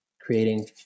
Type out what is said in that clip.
creating